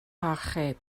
achub